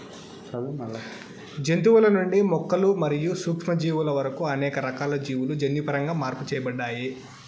జంతువుల నుండి మొక్కలు మరియు సూక్ష్మజీవుల వరకు అనేక రకాల జీవులు జన్యుపరంగా మార్పు చేయబడ్డాయి